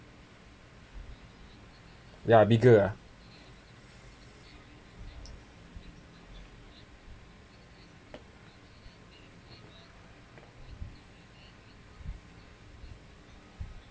ya bigger uh